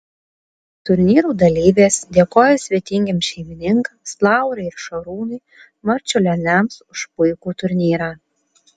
turnyrų dalyvės dėkojo svetingiems šeimininkams laurai ir šarūnui marčiulioniams už puikų turnyrą